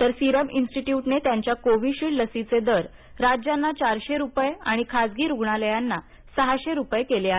तर सीरम इन्स्टिट्यूटने त्यांच्या कोव्हिशिल्ड लशीचे दर राज्यांना चारशे रुपये आणि खासगी रुग्णालयांना सहाशे रुपये केले आहेत